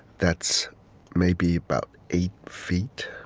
that's maybe about eight feet,